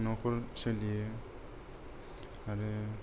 न'खर सोलियो आरो